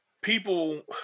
People